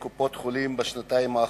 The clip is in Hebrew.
לפרוטוקול.